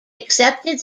accepted